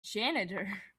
janitor